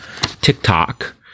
TikTok